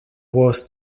was